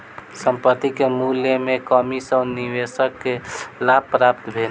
संपत्ति के मूल्य में कमी सॅ निवेशक के लाभ प्राप्त भेल